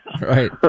Right